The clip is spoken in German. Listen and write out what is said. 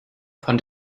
von